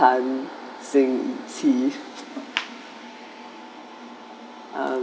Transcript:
tan seng chee uh